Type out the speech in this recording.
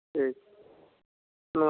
ठीक नम